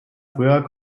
früher